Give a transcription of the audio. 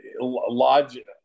Logic